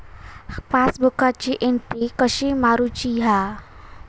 पासबुकाची एन्ट्री कशी मारुची हा?